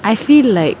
I feel like